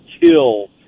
kill